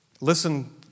Listen